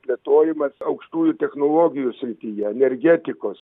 plėtojimas aukštųjų technologijų srityje energetikos